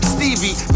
Stevie